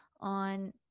on